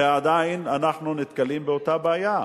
ועדיין אנחנו נתקלים באותה הבעיה.